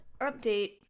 Update